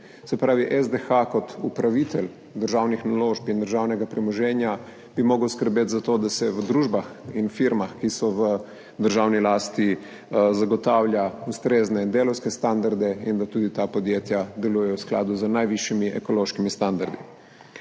Se pravi, SDH kot upravitelj državnih naložb in državnega premoženja bi moral skrbeti za to, da se v družbah in firmah, ki so v državni lasti, zagotavlja ustrezne in delavske standarde in da tudi ta podjetja delujejo v skladu z najvišjimi ekološkimi standardi.